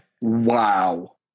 Wow